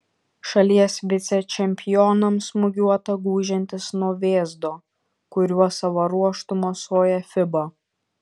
šalies vicečempionams smūgiuota gūžiantis nuo vėzdo kuriuo savo ruožtu mosuoja fiba